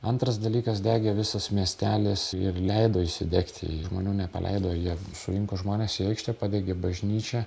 antras dalykas degė visas miestelis ir leido įsidegti žmonių nepaleido jie surinko žmones į aikštę padegė bažnyčią